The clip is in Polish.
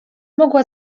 mogła